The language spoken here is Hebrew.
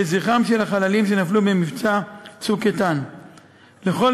לזכרם של החללים שנפלו במבצע "צוק איתן"; לכל